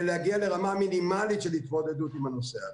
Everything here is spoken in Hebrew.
להגיע לרמה מינימלית של התמודדות עם הנושא הזה.